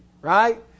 Right